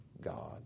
God